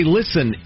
listen